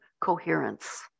coherence